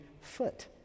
foot